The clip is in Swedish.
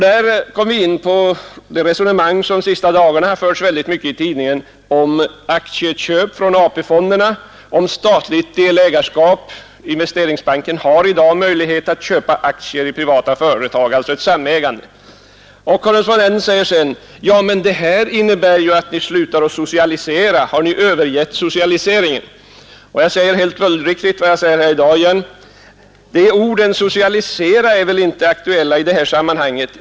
Där kom vi in på det som det har skrivits mycket i tidningarna om de senaste dagarna, nämligen aktieköp med hjälp av AP-fonderna och om statligt delägarskap. Investeringsbanken har i dag möjlighet att köpa aktier i privata företag, dvs. ett samägande. Intervjuaren sade: ”Det här innebär att ni slutar att socialisera. Har ni övergett det?” Jag svarade honom följdriktigt och jag säger det även i dag, att socialisering är väl inte aktuell i det här sammanhanget.